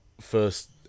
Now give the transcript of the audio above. first